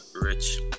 rich